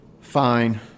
Fine